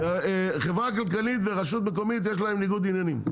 חברה כלכלית ורשות מקומית, יש להן ניגוד עניינים.